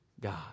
God